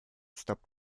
stopped